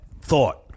thought